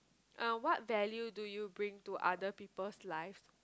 uh what value do you bring to other people's lives